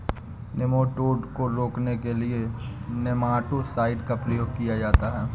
nematode को रोकने के लिए नेमाटो साइड का प्रयोग किया जाता है